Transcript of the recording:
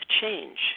change